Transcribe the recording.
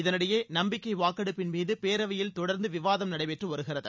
இதனிடையே நம்பிக்கை வாக்கெடுப்பின் மீது பேரவையில் தொடர்ந்து விவாதம் நடைபெற்று வருகிறது